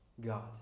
God